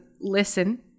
listen